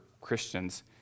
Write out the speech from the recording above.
Christians